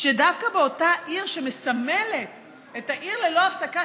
שדווקא באותה עיר שמסמלת את העיר ללא הפסקה,